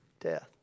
Death